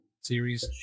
series